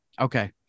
okay